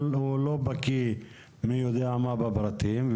הוא לא בקיא מי יודע מה בפרטים,